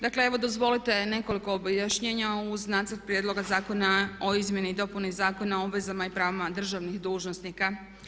Dakle evo dozvolite nekoliko objašnjenja uz Nacrt prijedloga Zakona o izmjeni i dopuni Zakona o obvezama i pravima državnih dužnosnika.